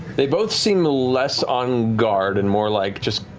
they both seem less on guard and more like just,